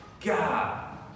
God